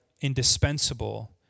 indispensable